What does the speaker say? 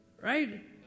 Right